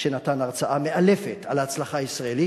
שנתן הרצאה מאלפת על ההצלחה הישראלית,